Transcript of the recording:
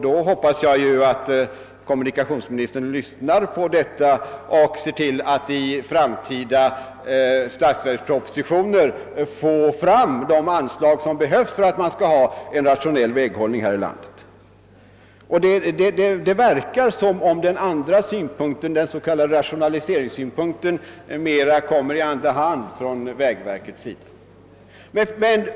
Jag hoppas att kommunikationsministern tar hänsyn till dessa synpunkter och ser till att det i framtida statsverkspropositioner föreslås anslag av den storleksordning som behövs för en rationell väghållning. Det verkar som om den s.k. rationaliseringssynpunkten för vägverkets del kommer i andra hand.